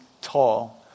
tall